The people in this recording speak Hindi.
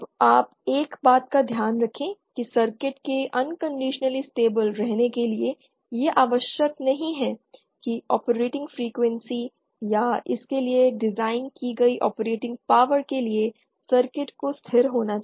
अब आप एक बात का ध्यान रखें कि सर्किट के अनकंडिशनली स्टेबल रहने के लिए यह आवश्यक नहीं है कि ऑपरेटिंग फ्रेक्वेंसीएस या इसके लिए डिज़ाइन की गई ऑपरेटिंग पावर के लिए सर्किट को स्थिर होना चाहिए